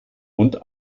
und